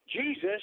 Jesus